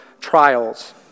trials